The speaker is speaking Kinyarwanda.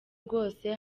bwose